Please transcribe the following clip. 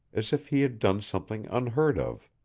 as if he had done something unheard of.